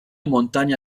montagne